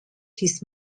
his